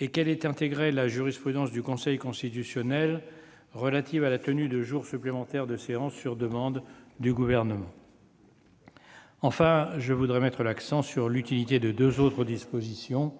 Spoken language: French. et qu'elle ait intégré la jurisprudence du Conseil constitutionnel relative à la tenue de jours supplémentaires de séance sur demande du Gouvernement. Enfin, je voudrais mettre l'accent sur l'utilité de deux autres dispositions :